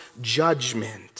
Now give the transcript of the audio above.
judgment